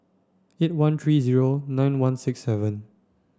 eight one three zero nine one six seven